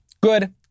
Good